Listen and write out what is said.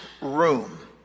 room